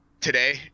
today